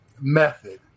method